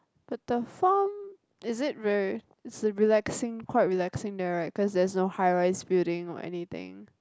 but the form is it very is the relaxing quite relaxing there right cause there's no high rise building or anything